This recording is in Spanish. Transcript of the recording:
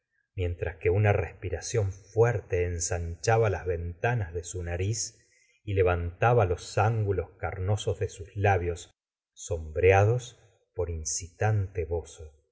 tras que una respiración fuerte ensanchaba las ventanas de su nariz y levantaca los ángulos carnosos de sus labios sombreados por incitante bozo